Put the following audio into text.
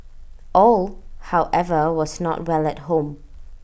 all however was not well at home